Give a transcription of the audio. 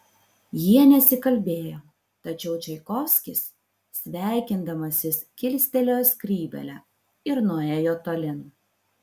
jie nesikalbėjo tačiau čaikovskis sveikindamasis kilstelėjo skrybėlę ir nuėjo tolyn